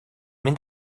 mynd